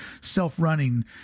self-running